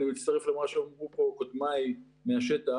אני מצטרף למה שאמרו פה קודמיי מהשטח,